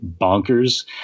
bonkers